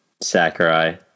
sakurai